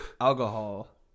alcohol